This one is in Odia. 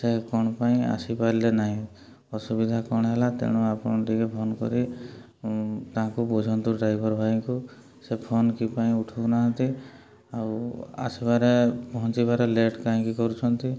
ସେ କ'ଣ ପାଇଁ ଆସିପାରିଲେ ନାହିଁ ଅସୁବିଧା କ'ଣ ହେଲା ତେଣୁ ଆପଣ ଟିକେ ଫୋନ୍ କରି ତାଙ୍କୁ ବୁଝନ୍ତୁ ଡ୍ରାଇଭର୍ ଭାଇଙ୍କୁ ସେ ଫୋନ୍ କିପାଇଁ ଉଠଉନାହାନ୍ତି ଆଉ ଆସିବାରେ ପହଞ୍ଚିବାରେ ଲେଟ୍ କାହିଁକି କରୁଛନ୍ତି